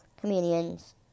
comedians